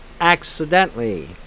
accidentally